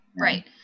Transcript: Right